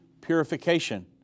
purification